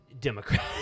Democrat